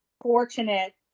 fortunate